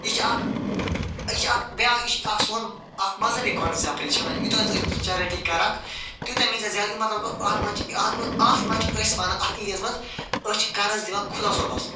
یہِ چھُ اکھ یہِ چھُ اکھ بیاکھ یہِ چھُ اکھ سون اکھ مَذہبی کَنسیٚپٹ یہِ چھ ونان یوتاہ ژٕ أسۍ چیرِٹی کَرَکھ تیوتاہ مِلہِ ژےٚ زیادٕ امہ مَطلَب گوٚو اتھ مَنٛز چھ اتھ مَنٛز چھِ أسۍ ونان اتھ ایٖڈیَمَس مَنٛز أسۍ چھِ قرض دِوان خۄدا صٲبَس